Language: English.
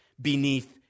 beneath